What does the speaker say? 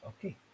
Okay